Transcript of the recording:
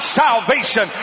salvation